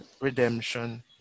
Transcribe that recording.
redemption